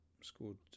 scored